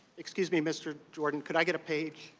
excuse me, mr. jordan, could i get a page?